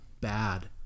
bad